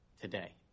today